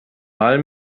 mal